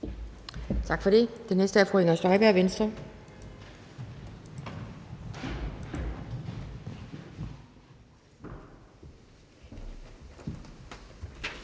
Tak for det. Den næste er fru Inger Støjberg, Venstre.